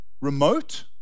remote